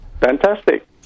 Fantastic